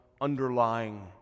underlying